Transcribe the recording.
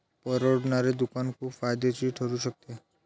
परवडणारे दुकान खूप फायदेशीर ठरू शकते